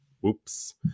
whoops